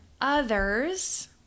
others